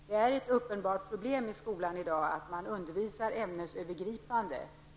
Det är ett uppenbart problem i skolan i dag att undervisningen sker ämnesövergripande.